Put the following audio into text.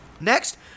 Next